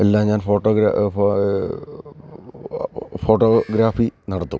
എല്ലാം ഞാൻ photograph photography നടത്തും